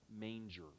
manger